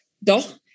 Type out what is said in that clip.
Doch